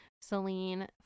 Celine